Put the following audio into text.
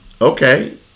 okay